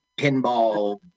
pinball